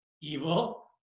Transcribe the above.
evil